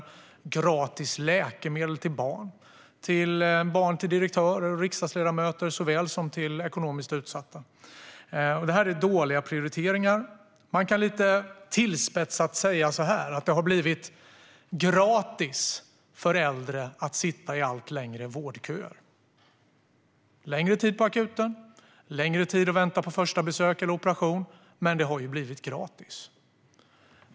Det ska vara gratis läkemedel för barn - såväl barn till direktörer och riksdagsledamöter som barn till ekonomiskt utsatta. Det här är dåliga prioriteringar. Man kan lite tillspetsat säga att det har blivit gratis för äldre att sitta i allt längre vårdköer. Det blir längre tid på akuten och längre tid i väntan på ett första besök eller en operation, men det har blivit gratis.